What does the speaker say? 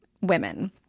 women